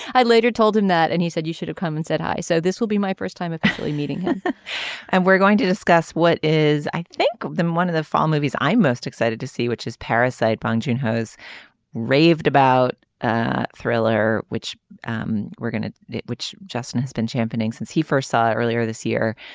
i later told him that and he said you should have come and said hi so this will be my first time of meeting him and we're going to discuss what is i think then one of the fall movies i'm most excited to see which is parasite bong joon has raved about ah thriller which um we're gonna watch. justin has been championing since he first saw it earlier this year.